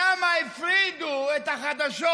למה הפרידו את החדשות